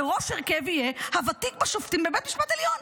שראש הרכב יהיה הוותיק בשופטים בבית משפט עליון.